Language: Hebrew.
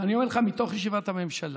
ואני אומר לך מתוך ישיבת הממשלה.